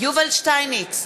יובל שטייניץ,